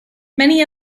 many